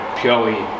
purely